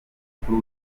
umukuru